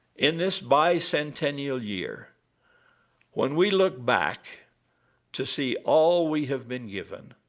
in this bicentennial year when we look back to see all we have been given